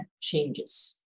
changes